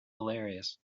hilarious